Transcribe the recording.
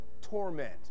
torment